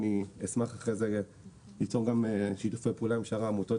אני אשמח אחרי זה ליצור גם שיתופי פעולה עם שאר העמותות